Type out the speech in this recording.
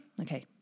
Okay